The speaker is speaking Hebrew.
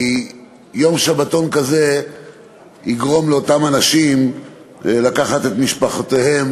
כי יום שבתון כזה יגרום לאנשים לקחת את משפחותיהם